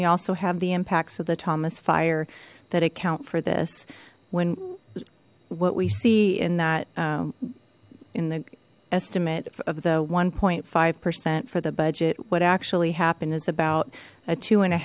we also have the impacts of the thomas fire that account for this when what we see in that in the estimate of the one point five percent for the budget what actually happened is about a two and a